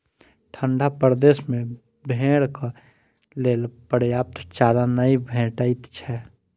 ठंढा प्रदेश मे भेंड़क लेल पर्याप्त चारा नै भेटैत छै